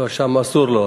לא, שם אסור לו.